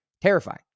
terrifying